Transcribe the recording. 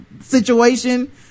situation